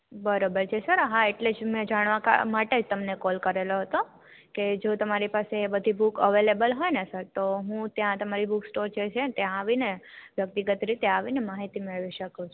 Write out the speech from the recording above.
બરોબર છે સર હાં એટલે મેં જાણવા માટે જ તમને કોલ કરેલો હતો કે જો તમારી પાસે બધી બુક અવેલેબલ હોયને સર તોહ હું તે ત્યાં તમારે બુક સ્ટોલ છે ત્યાં આવીને વ્યક્તિગત રીતે આવીને માહિતી મેળવી શકું